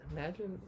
Imagine